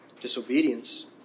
disobedience